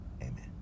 Amen